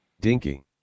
Dinky